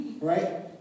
right